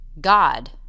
God